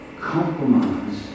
Compromise